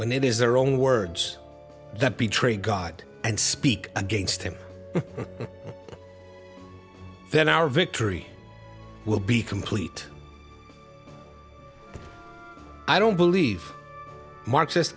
when it is their own words that betray god and speak against him then our victory will be complete i don't believe marxist